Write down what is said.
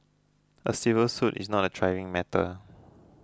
a civil suit is not a trivial matter